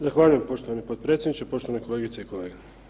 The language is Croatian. Zahvaljujem poštovani potpredsjedniče, poštovane kolegice i kolege.